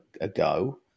ago